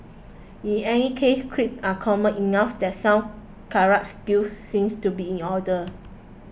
in any case creeps are common enough that some karate skills seems to be in order